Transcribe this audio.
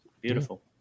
beautiful